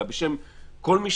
אלא בשם כל מי